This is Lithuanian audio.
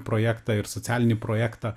projektą ir socialinį projektą